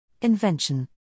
invention